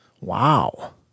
Wow